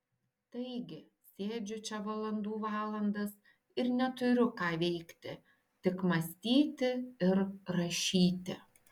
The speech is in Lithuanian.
taigi sėdžiu čia valandų valandas ir neturiu ką veikti tik mąstyti ir rašyti